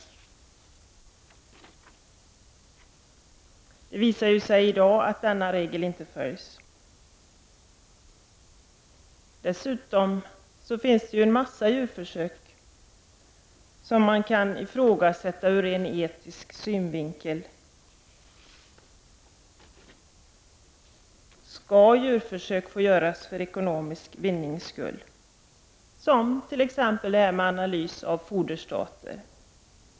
I dag visar det sig att denna regel inte följs. En mängd djurförsök kan ifrågasättas ur rent etisk synvinkel. Skall djurförsök få ske för ekonomisk vinnings skull, som t.ex. analys av foderstater?